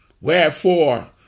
Wherefore